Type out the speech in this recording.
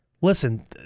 Listen